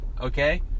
okay